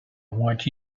want